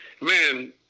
Man